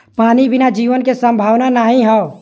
पानी बिना जीवन के संभावना नाही हौ